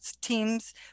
teams